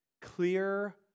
clear